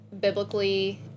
biblically